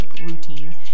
routine